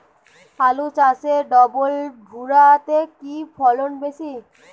আলু চাষে ডবল ভুরা তে কি ফলন বেশি?